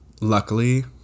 Luckily